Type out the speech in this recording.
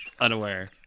Unaware